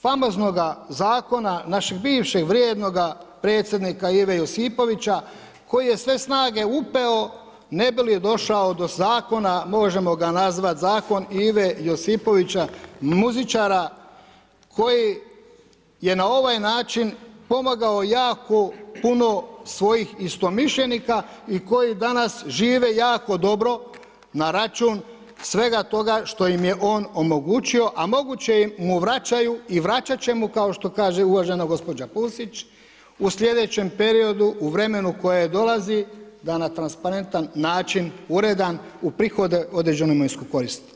Famoznoga zakona našeg bivšeg vrijednoga predsjednika Ive Josipovića koji je sve snage upeo ne bi li došao do zakona možemo ga nazvati zakon Ive Josipovića, muzičara koji je na ovaj način pomogao jako puno svojih istomišljenika i koji danas žive jako dobro na račun svega toga što im je on omogućio a moguće im vraćaju i vraćat će mu kao što kaže uvažena gospođa Kusić, u slijedećem periodu u vremenu koje dolazi da na transparentan način, uredan uprihoduje određenu imovinsku korist.